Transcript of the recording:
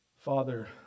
Father